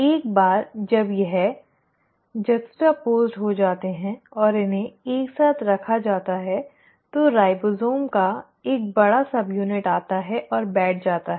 एक बार जब यह जक्स्टपोज़ हो जाते हैं और इन्हें एक साथ रखा जाता है तो राइबोसोम का बड़ा उप समूह आता है और बैठ जाता है